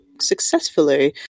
successfully